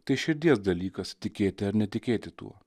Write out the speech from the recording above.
tai širdies dalykas tikėti ar netikėti tuo